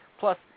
Plus